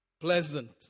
Pleasant